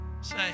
say